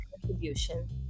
contribution